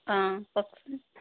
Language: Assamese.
অ কওকচোন